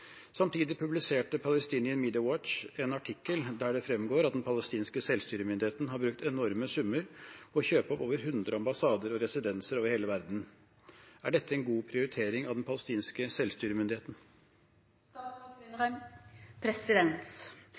Samtidig publiserte Palestinian Media Watch en artikkel der det fremgår at Den palestinske selvstyremyndigheten har brukt enorme summer på å kjøpe over hundre ambassader og residenser over hele verden. Er dette en god prioritering av Den palestinske selvstyremyndigheten?»